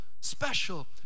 special